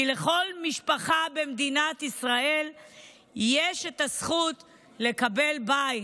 כי לכל משפחה במדינת ישראל יש זכות לקבל בית.